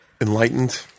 Enlightened